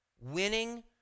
Winning